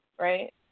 right